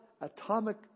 Atomic